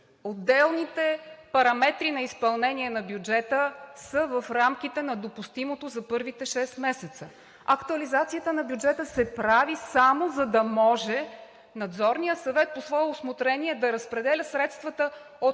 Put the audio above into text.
Отделните параметри на изпълнение на бюджета са в рамките на допустимото за първите 6 месеца. Актуализацията на бюджета се прави само за да може Надзорният съвет по свое усмотрение да разпределя средствата